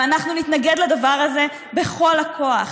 ואנחנו נתנגד לדבר הזה בכל הכוח.